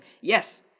yes